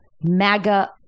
MAGA